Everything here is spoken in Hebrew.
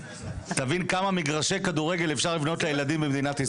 תבין כמה מגרשי כדורגל אפשר לבנות לילדים במדינת ישראל.